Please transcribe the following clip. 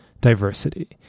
diversity